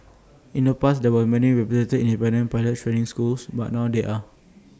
in the past there were many reputed independent pilot training schools but now there are